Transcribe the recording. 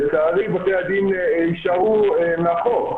לצערי, בתי-הדין יישארו מאחור.